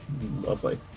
Lovely